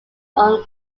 own